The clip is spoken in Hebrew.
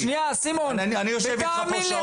אני יושב איתך פה שעות רבות.